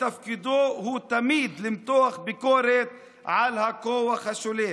ותפקידו הוא תמיד למתוח ביקורת על הכוח השולט,